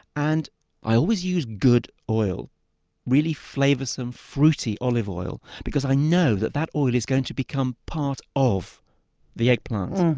and i always use good oil really flavorsome, fruity, olive oil because i know that that oil is going to become part of the eggplant.